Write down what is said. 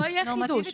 לא יהיה חידוש.